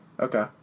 Okay